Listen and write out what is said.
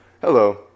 Hello